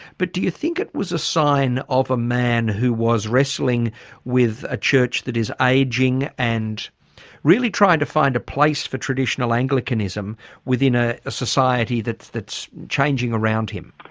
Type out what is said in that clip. but do you think it was a sign of a man who was wrestling with a church that is ageing and really trying to find a place for traditional anglicanism within a a society that's that's changing around him?